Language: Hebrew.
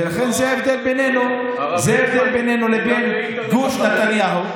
ולכן זה ההבדל בינינו לבין גוש נתניהו.